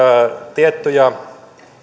tiettyjä